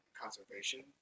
conservation